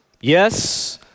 Yes